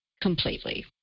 completely